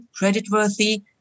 creditworthy